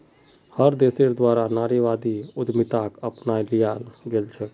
हर देशेर द्वारा नारीवादी उद्यमिताक अपनाए लियाल गेलछेक